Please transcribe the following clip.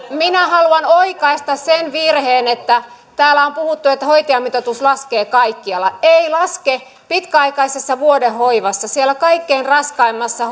minä haluan oikaista sen virheen kun täällä on puhuttu että hoitajamitoitus laskee kaikkialla ei laske pitkäaikaisessa vuodehoivassa siellä kaikkein raskaimmassa